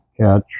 catch